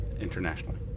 internationally